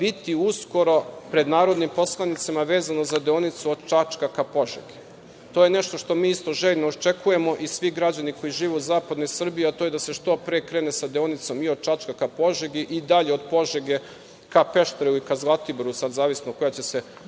biti uskoro pred narodnim poslanicima vezano za deonicu od Čačka ka Požegi? To je nešto što mi isto željni iščekujemo i svi građani koji žive u zapadnoj Srbiji, a to je da se što pre krene sa deonicom i od Čačka ka Požegi i dalje od Požege ka Pešteru ili ka Zlatiboru, sad zavisno koja će se trasa